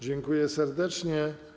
Dziękuję serdecznie.